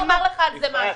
אני רוצה לומר לך על זה משהו.